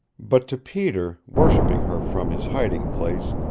but to peter, worshipping her from his hiding place,